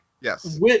Yes